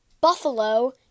Buffalo